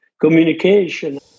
communication